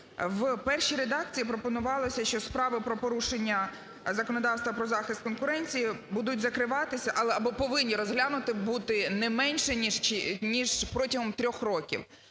В першій редакції пропонувалося, що справи про порушення законодавства про захист конкуренції будуть закриватися або повинні розглянуті бути не менше ніж протягом 3 років.